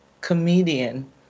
comedian